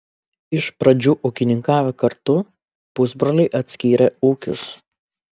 iš pradžių ūkininkavę kartu pusbroliai atskyrė ūkius